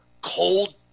cold